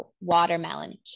watermelon